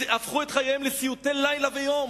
הפכו את חייהם לסיוטי לילה ויום,